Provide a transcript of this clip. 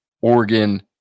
Oregon